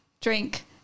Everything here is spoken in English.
drink